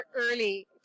early